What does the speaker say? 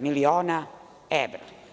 miliona evra.